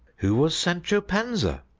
who was sancho panza?